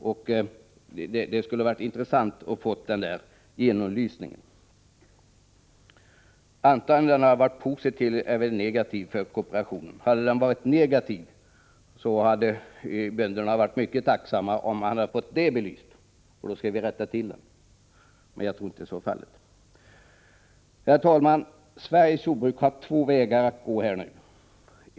Det skulle således ha varit intressant att få den nämnda genomlysningen, antingen den hade varit positiv eller negativ för kooperationen. Hade den varit negativ — vilket jag inte tror — hade bönderna varit mycket tacksamma för att få veta det, och i så fall skulle det rättas till. Herr talman! Sveriges jordbruk har två vägar att gå.